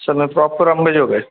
sir मी proper Ambejogai